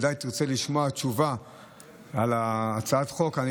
בוודאי תרצה לשמוע תשובה על הצעת החוק.